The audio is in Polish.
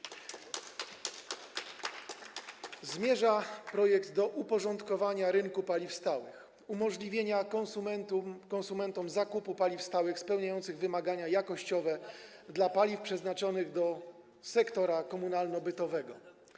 Ten projekt zmierza do uporządkowania rynku paliw stałych, umożliwienia konsumentom zakupu paliw stałych spełniających wymagania jakościowe dla paliw przeznaczonych do sektora komunalno-bytowego.